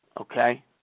Okay